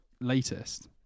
latest